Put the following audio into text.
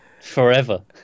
forever